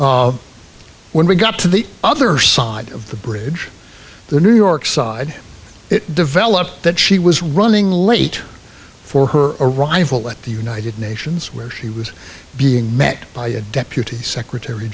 when we got to the other side of the bridge the new york saw and it developed that she was running late for her arrival at the united nations where she was being met by a deputy secretary